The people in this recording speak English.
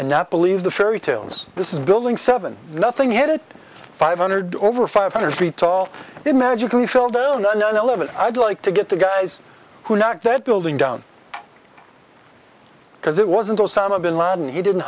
and not believe the fairy tales this is building seven nothing hit it five hundred over five hundred feet tall it magically phil dow no no eleven i'd like to get the guys who knocked that building down because it wasn't osama bin laden he didn't